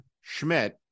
Schmidt